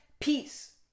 peace